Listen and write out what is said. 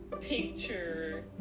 picture